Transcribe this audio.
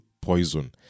poison